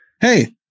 Hey